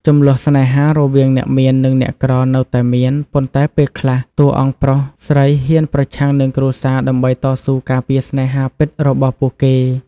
ជម្លោះស្នេហារវាងអ្នកមាននិងអ្នកក្រនៅតែមាន ប៉ុន្តែពេលខ្លះ តួអង្គប្រុសស្រីហ៊ានប្រឆាំងនឹងគ្រួសារដើម្បីតស៊ូការពារស្នេហាពិតរបស់ពួកគេ។